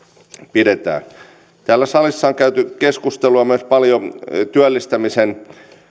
pidetään täällä salissa on käyty keskustelua myös paljon työllistämisen